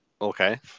Okay